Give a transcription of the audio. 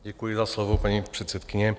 Děkuji za slovo, paní předsedkyně.